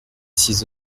six